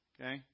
okay